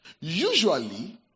Usually